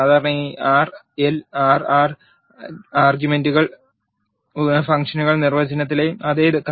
സാധാരണയായി ആർ ൽ ആർ ആർ ഗ്യുമെൻറുകൾ ഫംഗ്ഷൻ നിർവചനത്തിലെ അതേ ക്രമത്തിൽ ഫംഗ്ഷനിലേക്ക് കൈമാറുന്നു